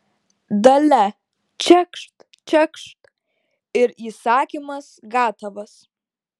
dalia čekšt čekšt ir įsakymas gatavas